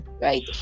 right